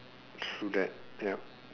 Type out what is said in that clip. true that yup